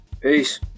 Peace